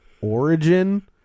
origin